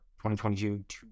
2022